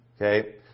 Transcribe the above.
okay